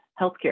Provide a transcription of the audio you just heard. healthcare